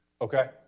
Okay